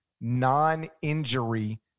non-injury